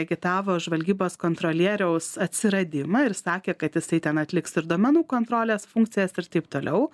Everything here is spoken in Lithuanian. agitavo žvalgybos kontrolieriaus atsiradimą ir sakė kad jisai ten atliks ir duomenų kontrolės funkcijas ir taip toliau